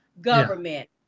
government